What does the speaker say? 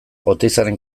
oteizaren